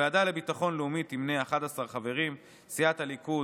הוועדה לביטחון לאומי תמנה 11 חברים: סיעת הליכוד,